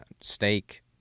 steak